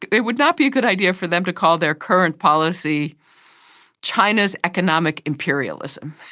it would not be a good idea for them to call their current policy china's economic imperialism,